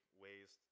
ways